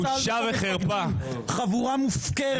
חבורה מופקרת.